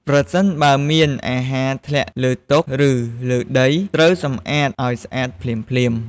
ប្រសិនបើមានអាហារធ្លាក់លើតុ ឬលើដី ត្រូវសំអាតអោយស្អាតភ្លាមៗ។